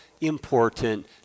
important